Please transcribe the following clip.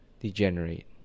degenerate